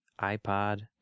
iPod